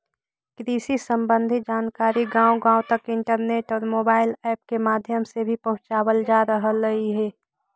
कृषि संबंधी जानकारी गांव गांव तक इंटरनेट और मोबाइल ऐप के माध्यम से भी पहुंचावल जा रहलई हे